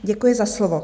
Děkuji za slovo.